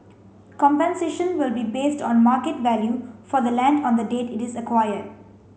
compensation will be based on market value for the land on the date it is acquired